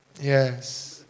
Yes